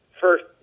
first